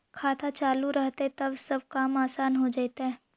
खाता चालु रहतैय तब सब काम आसान से हो जैतैय?